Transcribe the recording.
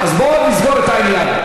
אז בוא נסגור את העניין.